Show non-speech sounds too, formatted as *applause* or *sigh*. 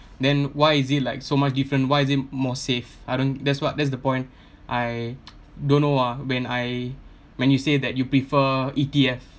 then why is it like so much different why is it more safe I don't that's what that's the point I *noise* don't know ah when I when you say that you prefer E_T_F